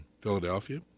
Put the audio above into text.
Philadelphia